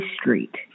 Street